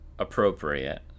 appropriate